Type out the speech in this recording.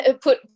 put